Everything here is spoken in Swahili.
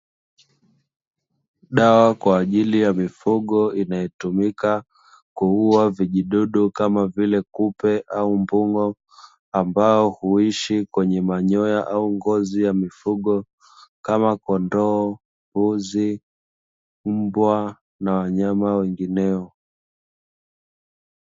Dawa kwa ajili ya mifugo, inayotumika kuua vijidudu kama vile kupe au mbung'o, ambao huishi kwenye manyoya au ngozi ya mifugo kama: kondoo, mbuzi, mbwa na wanyama wengineo.